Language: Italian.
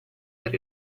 per